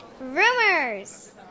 Rumors